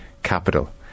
capital